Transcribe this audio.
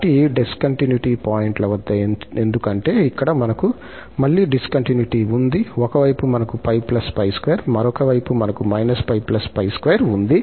కాబట్టి ఈ డిస్కంటిన్యుటీ పాయింట్ల వద్ద ఎందుకంటే ఇక్కడ మనకు మళ్ళీ డిస్కంటిన్యుటీ ఉంది ఒక వైపు మనకు 𝜋 𝜋2 మరొక వైపు మనకు −𝜋 𝜋2 ఉంది